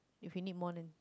if you need more than